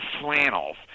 flannels